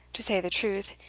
to say the truth,